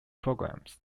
programs